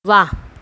વાહ